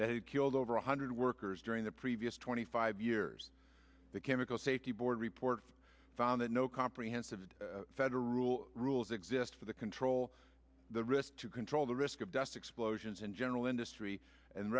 that killed over one hundred workers during the previous twenty five years the chemical safety board report found that no comprehensive federal rule rules exist for the control the risk to control the risk of dust explosions and general industry and